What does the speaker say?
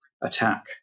attack